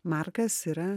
markas yra